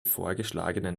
vorgeschlagenen